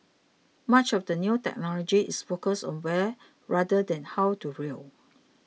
much of the new technology is focused on where rather than how to drill